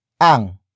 ang